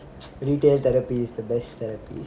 retail therapy is the best therapy